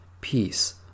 peace